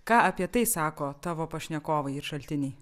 ką apie tai sako tavo pašnekovai ir šaltiniai